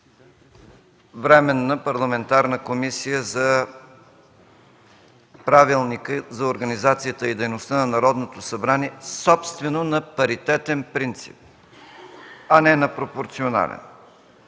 Временна парламентарна комисия за Правилника за организацията и дейността на Народното събрание собствено на паритетен принцип, а не на пропорционален.